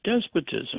despotism